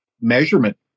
measurement